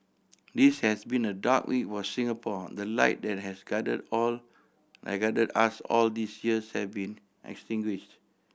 this has been a dark week were Singapore the light that has guided or my guided us all these years havee been extinguish